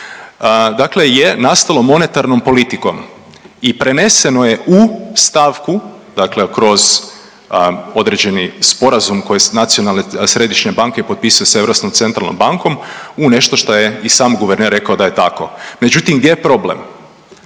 Dakle je nastalo monetarnom politikom i preneseno je u stavku, dakle kroz određeni sporazum koji nacionalne središnje banke potpisuju sa Europskom centralnom bankom u nešto što je i sam guverner rekao da je tako. Međutim, gdje je problem?